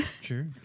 Sure